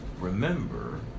remember